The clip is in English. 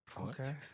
Okay